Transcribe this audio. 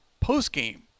post-game